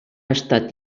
estat